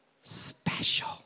special